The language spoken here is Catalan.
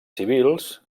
civils